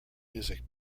music